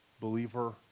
Believer